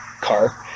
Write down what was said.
car